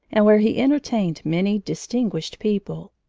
and where he entertained many distinguished people.